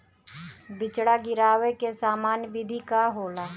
बिचड़ा गिरावे के सामान्य विधि का होला?